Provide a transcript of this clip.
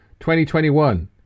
2021